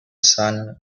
son